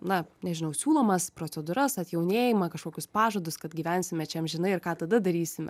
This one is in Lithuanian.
na nežinau siūlomas procedūras atjaunėjimą kažkokius pažadus kad gyvensime čia amžinai ir ką tada darysime